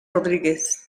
rodríguez